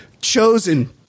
Chosen